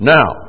Now